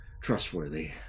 trustworthy